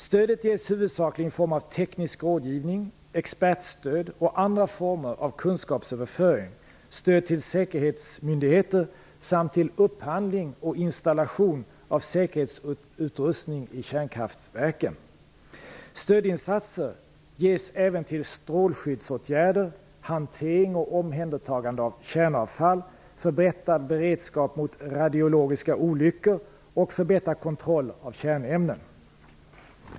Stödet ges huvudsakligen i form av teknisk rådgivning, expertstöd och andra former av kunskapsöverföring, stöd till säkerhetsmyndigheter samt till upphandling och installation av säkerhetsutrustning i kärnkraftverken. Stödinsatser ges även till strålskyddsåtgärder, hantering och omhändertagande av kärnavfall, förbättrad beredskap mot radiologiska olyckor och förbättrad kontroll av kärnämnen.